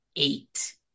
Eight